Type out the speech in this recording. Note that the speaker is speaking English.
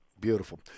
Beautiful